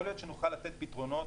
יכול להיות שנוכל לתת פתרונות,